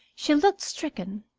she looked stricken.